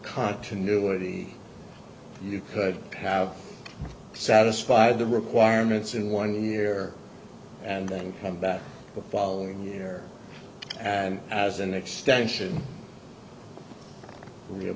continuity and you could have satisfied the requirements in one year and then come back the following year and as an extension